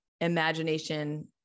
imagination